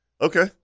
Okay